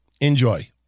enjoy